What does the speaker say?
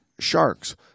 sharks